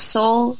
soul